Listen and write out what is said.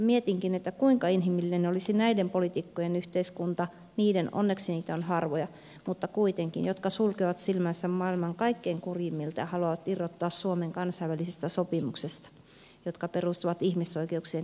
mietinkin kuinka inhimillinen olisi näiden poliitikkojen yhteiskunta onneksi heitä on harvoja mutta kuitenkin jotka sulkevat silmänsä maailman kaikkein kurjimmilta ja haluavat irrottaa suomen kansainvälisistä sopimuksista jotka perustuvat ihmisoikeuksien kunnioittamiselle